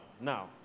now